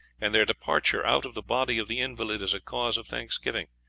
and their departure out of the body of the invalid is a cause of thanksgiving.